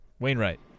Wainwright